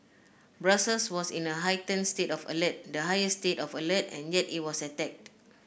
Brussels was in a heightened state of alert the highest state of alert and yet it was attacked